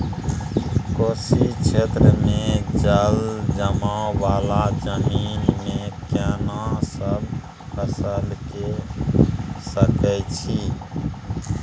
कोशी क्षेत्र मे जलजमाव वाला जमीन मे केना सब फसल के सकय छी?